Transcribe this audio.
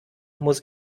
muss